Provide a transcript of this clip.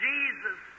Jesus